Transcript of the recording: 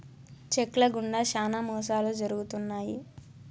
check ల గుండా శ్యానా మోసాలు జరుగుతున్నాయి